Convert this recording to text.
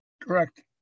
Correct